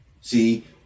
see